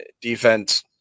Defense